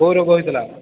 କୋଉ ରୋଗ ହେଇଥିଲା